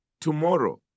tomorrow